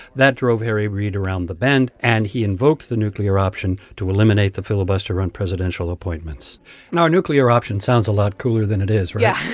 that drove harry reid around the bend, and he invoked the nuclear option to eliminate the filibuster on presidential appointments. now, a nuclear option sounds a lot cooler than it is, right? yeah it.